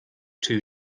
two